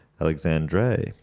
Alexandre